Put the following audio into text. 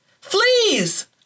fleas